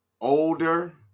older